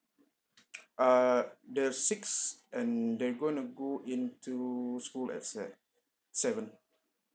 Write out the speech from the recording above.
err they're six and they're going to go into school at se~ seven